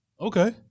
Okay